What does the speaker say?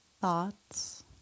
thoughts